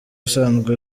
asanzwe